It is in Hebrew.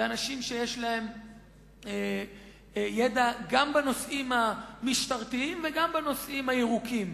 אנשים שיש להם ידע גם בנושאים המשטרתיים וגם בנושאים הירוקים.